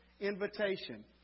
invitation